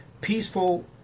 Peaceful